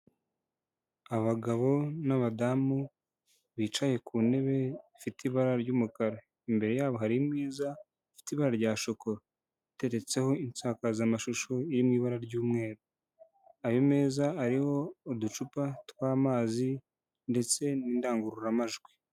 Abagabo n'abadamu bicaye ku ntebe ifite ibara ry'umukara, imbere yabo hari imeza ifite ibara rya shokora iteretseho insakazamashusho iri mu ibara ry'umweru, ayo meza ariho uducupa tw'amazi ndetse n'indangururamajwi.